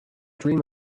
dream